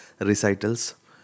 recitals